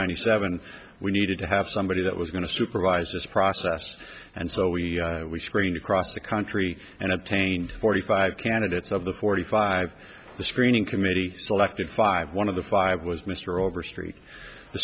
hundred seven we needed to have somebody that was going to supervise this process and so we we screened across the country and obtained forty five candidates of the forty five the screening committee selected five one of the five was mr overstreet the